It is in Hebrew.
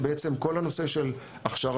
שבעצם כל הנושא של הכשרה,